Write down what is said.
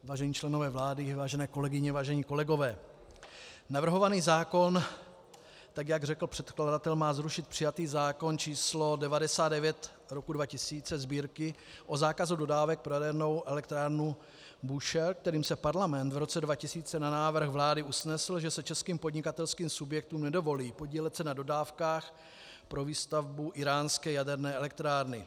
Vážení členové vlády, vážené kolegyně, vážení kolegové, navrhovaný zákon, jak řekl předkladatel, má zrušit přijatý zákon č. 99/2000 Sb., o zákazu dodávek pro jadernou elektrárnu Búšehr, kterým se Parlament v roce 2000 na návrh vlády usnesl, že se českým podnikatelským subjektům nedovolí podílet se na dodávkách pro výstavbu íránské jaderné elektrárny.